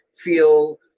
feel